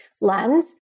lens